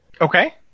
Okay